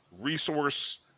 resource